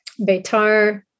Beitar